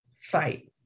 fight